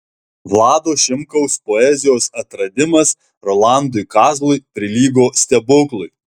vlado šimkaus poezijos atradimas rolandui kazlui prilygo stebuklui